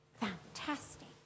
Fantastic